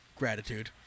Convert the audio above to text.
Gratitude